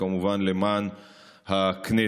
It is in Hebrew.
וכמובן למען הכנסת.